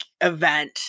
event